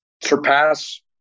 surpass